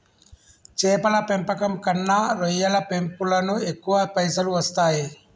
చేపల పెంపకం కన్నా రొయ్యల పెంపులను ఎక్కువ పైసలు వస్తాయి